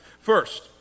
First